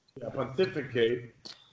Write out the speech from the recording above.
pontificate